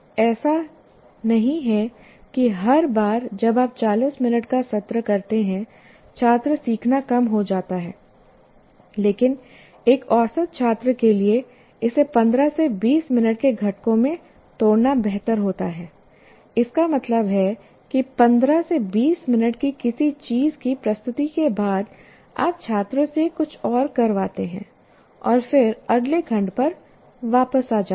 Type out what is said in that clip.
ऐसा नहीं है कि हर बार जब आप 40 मिनट का सत्र करते हैं छात्र सीखना कम हो जाता है लेकिन एक औसत छात्र के लिए इसे 15 से 20 मिनट के घटकों में तोड़ना बेहतर होता है इसका मतलब है कि 15 20 मिनट की किसी चीज की प्रस्तुति के बाद आप छात्रों से कुछ और करवाते हैं और फिर अगले खंड पर वापस आ जाते हैं